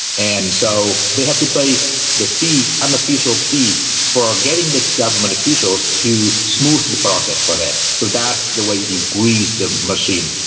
and so they have to pay the unofficial fee for getting the government officials to smooth the process for them. so that's the way you grease the machine.